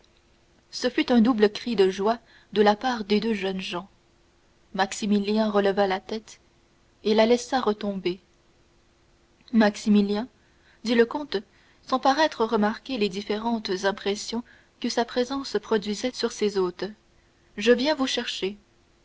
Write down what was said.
ce fut un double cri de joie de la part des deux jeunes gens maximilien releva la tête et la laissa retomber maximilien dit le comte sans paraître remarquer les différentes impressions que sa présence produisait sur ses hôtes je viens vous chercher